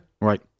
Right